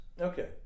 Okay